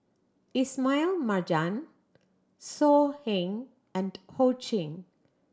Ismail Marjan So Heng and Ho Ching